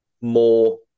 more